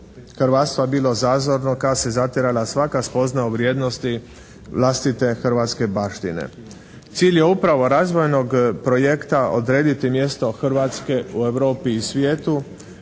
hrvatstva bilo zazorno kad se zatjerala svaka spoznaja o vrijednosti vlastite hrvatske baštine. Cilj je upravo razvojnog projekta odrediti mjesto Hrvatske u Europi i svijetu,